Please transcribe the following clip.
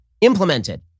implemented